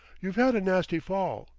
you've had a nasty fall,